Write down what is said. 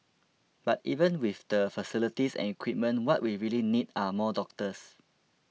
but even with the facilities and equipment what we really need are more doctors